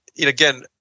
again